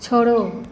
छोड़ो